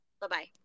Bye-bye